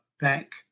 bank